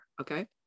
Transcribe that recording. okay